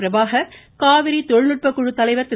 பிரபாகர் காவிரி தொழில்நுட்பக்குழு தலைவர் திரு